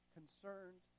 concerned